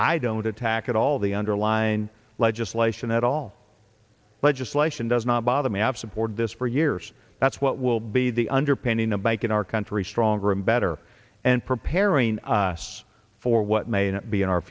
i don't attack at all the underline legislate and that all legislation does not bother me absent board this for years that's what will be the underpinning of bike in our country stronger and better and preparing us for what may be in our